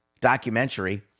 documentary